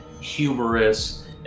humorous